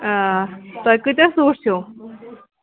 آ تۄہہِ کۭتیٛاہ سوٗٹ چھِو